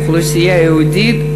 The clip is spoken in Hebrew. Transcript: האוכלוסייה היהודית,